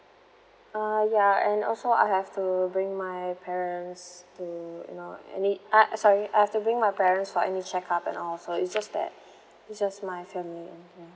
uh ya and also I have to bring my parents to you know any uh sorry I have to bring my parents for any check up and all so it's just that it's just my family um